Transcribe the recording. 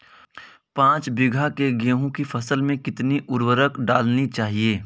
पाँच बीघा की गेहूँ की फसल में कितनी उर्वरक डालनी चाहिए?